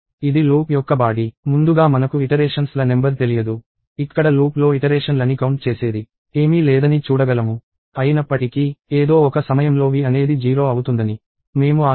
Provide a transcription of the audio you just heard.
ఇది లూప్ యొక్క బాడీ ముందుగా మనకు ఇటరేషన్స్ ల నెంబర్ తెలియదు ఇక్కడ లూప్ లో ఇటరేషన్ లని కౌంట్ చేసేది ఏమీ లేదని చూడగలము అయినప్పటికీ ఏదో ఒక సమయంలో v అనేది 0 అవుతుందని మేము ఆశిస్తున్నాము